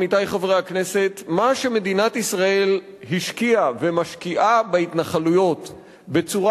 עמיתי חברי הכנסת: מה שמדינת ישראל השקיעה ומשקיעה בהתנחלויות בצורה